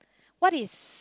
what is